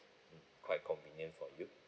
quite convenient for you